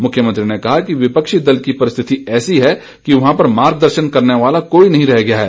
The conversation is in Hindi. मुख्यमंत्री ने कहा कि विपक्षी दल की परिस्थिति ऐसी है कि वहां पर मार्ग दर्शन करने वाला कोई नहीं रह गया है